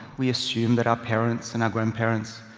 we assume that our parents, and our grandparents,